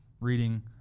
reading